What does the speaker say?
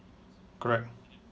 correct